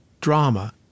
drama